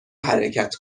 حرکت